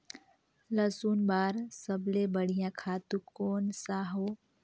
लसुन बार सबले बढ़िया खातु कोन सा हो?